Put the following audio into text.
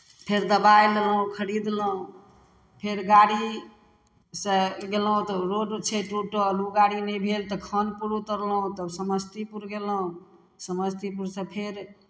फेर दबाइ लेलहुँ खरीदलहुँ फेर गाड़ीसँ गेलहुँ तऽ रोड छै टूटल ओ गाड़ी नहि भेल तऽ खानपुर उतरलहुँ तब समस्तीपुर गेलहुँ समस्तीपुरसँ फेर